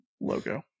logo